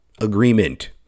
agreement